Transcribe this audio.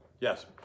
yes